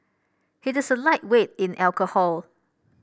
he a lightweight in alcohol